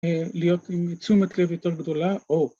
להיות עם צומת לב יותר גדולה או